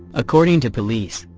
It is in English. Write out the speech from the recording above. according to police,